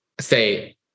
say